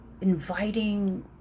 inviting